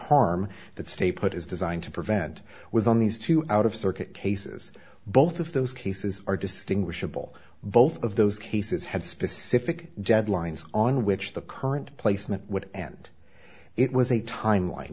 harm that stay put is designed to prevent with on these two out of circuit cases both of those cases are distinguishable both of those cases had specific deadlines on which the current placement would end it was a time